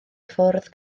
ffwrdd